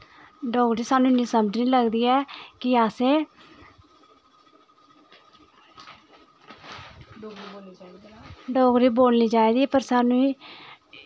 डोगरी इन्नी साह्नू समझ नी लगदी ऐ कि असैं डोगरी बोलनी चाही दी ऐ पर स्हानू